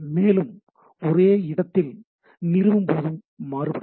மேலும் ஒரே இடத்தில் நிறுவும்போதும் மாறுபடலாம்